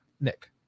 Nick